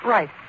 Right